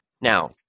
Now